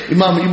Imam